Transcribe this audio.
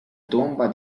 tomba